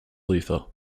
luthor